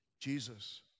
Jesus